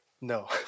No